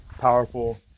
powerful